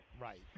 Right